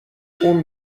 اون